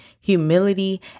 humility